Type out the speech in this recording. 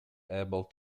able